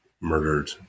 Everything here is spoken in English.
murdered